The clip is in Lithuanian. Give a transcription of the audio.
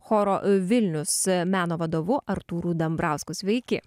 choro vilnius meno vadovu artūru dambrausku sveiki